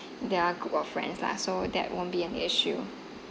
their group of friends lah so that won't be an issue